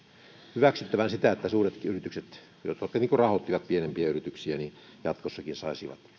hyväksyttävän sitä että suuretkin yritykset jotka rahoittavat pienempiä yrityksiä jatkossa saisivat